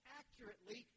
accurately